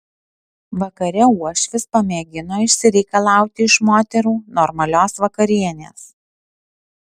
vakare uošvis pamėgino išsireikalauti iš moterų normalios vakarienės